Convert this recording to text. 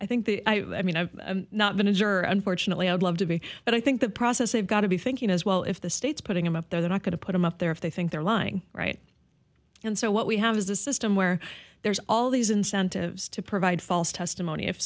think i mean i've not been a juror unfortunately i'd love to be but i think the process they've got to be thinking as well if the state's putting him up they're not going to put him up there if they think they're lying right and so what we have is a system where there's all these incentives to provide false testimony if